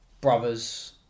brothers